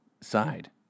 side